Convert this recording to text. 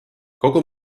kogu